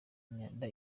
imyanda